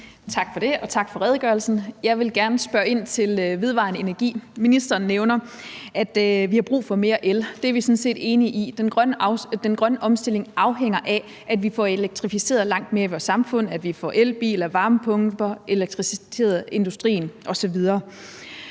Tak for det. Og tak for redegørelsen. Jeg vil gerne spørge ind til vedvarende energi. Ministeren nævner, at vi har brug for mere el, og det er vi sådan set enige i. Den grønne omstilling afhænger af, at vi får elektrificeret langt mere i vores samfund, at vi får elbiler og varmepumper, at vi får elektrificeret industrien osv.